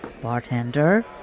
Bartender